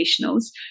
professionals